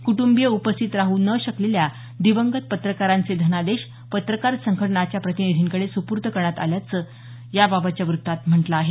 कुटुंबीय उपस्थित राहू न शकलेल्या दिवंगत पत्रकारांचे धनादेश पत्रकार संघटनाच्या प्रतिनिधींकडे सुपूर्द करण्यात आल्याचं याबाबतच्या व्रत्तात म्हटल आहे